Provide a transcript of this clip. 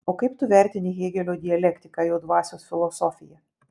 o kaip tu vertini hėgelio dialektiką jo dvasios filosofiją